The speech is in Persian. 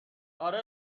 اره